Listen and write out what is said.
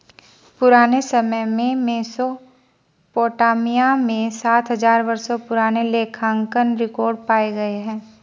पुराने समय में मेसोपोटामिया में सात हजार वर्षों पुराने लेखांकन रिकॉर्ड पाए गए हैं